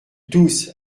tousse